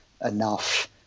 enough